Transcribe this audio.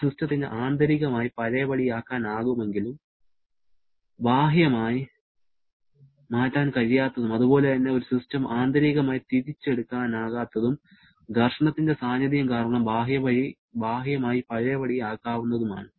ഒരു സിസ്റ്റത്തിന് ആന്തരികമായി പഴയപടിയാക്കാനാകുമെങ്കിലും ബാഹ്യമായി മാറ്റാൻ കഴിയാത്തതും അതുപോലെ തന്നെ ഒരു സിസ്റ്റം ആന്തരികമായി തിരിച്ചെടുക്കാനാകാത്തതും ഘർഷണത്തിന്റെ സാന്നിധ്യം കാരണം ബാഹ്യമായി പഴയപടിയാക്കാവുന്നതുമാണ്